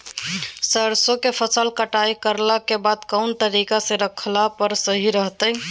सरसों के फसल कटाई करला के बाद कौन तरीका से रखला पर सही रहतय?